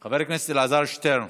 חבר הכנסת אלעזר שטרן,